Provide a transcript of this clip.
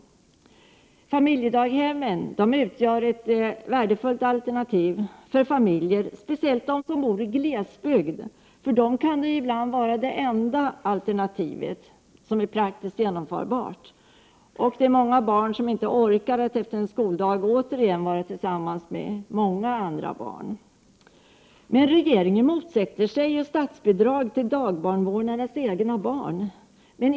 Familjedaghemmen utgör ett värdefullt alternativ för familjer, speciellt de som bor i glesbygd. För dem kan det ibland vara det enda alternativ som är praktiskt genomförbart. Många barn orkar inte efter en skoldag fortsätta att vara tillsammans med många andra barn. Regeringen motsätter sig statsbidrag till barnomsorg för dagbarnvårdares egna barn.